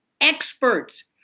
experts